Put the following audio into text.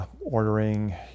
ordering